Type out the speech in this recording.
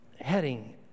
heading